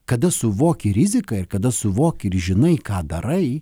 kada suvoki riziką ir kada suvoki ir žinai ką darai